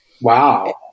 Wow